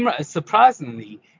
Surprisingly